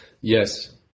Yes